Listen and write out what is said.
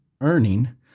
earning